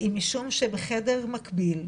- היא משום שבחדר מקביל,